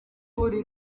buri